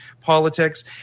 politics